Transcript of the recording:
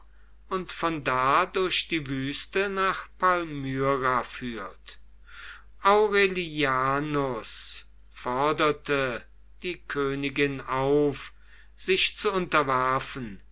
und von da durch die wüste nach palmyra führt aurelianus forderte die königin auf sich zu unterwerfen